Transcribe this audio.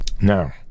now